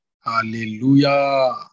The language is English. Hallelujah